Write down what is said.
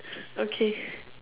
okay